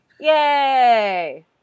Yay